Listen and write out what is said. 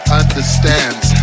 understands